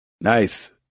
Nice